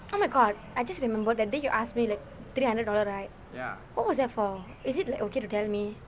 oh my god I just remember that day you ask me like three hundred dollar right what was there for is it like okay to tell me